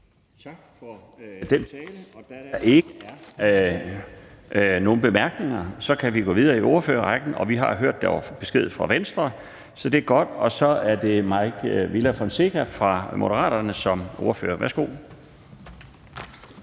Tak for den tale. Da der ikke er nogen korte bemærkninger, kan vi gå videre i ordførerrækken. Vi har hørt, at der var besked fra Venstre, så det er godt. Så er det Mike Villa Fonseca fra Moderaterne som ordfører. Værsgo.